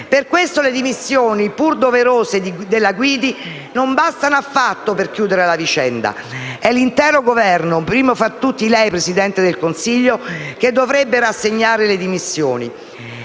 Per questo le dimissioni, pur doverose, del ministro Guidi non bastano affatto per chiudere la vicenda. È l'intero Governo, primo fra tutti lei, Presidente del Consiglio, che dovrebbe rassegnare le dimissioni;